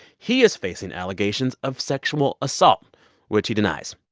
he is facing allegations of sexual assault which he denies.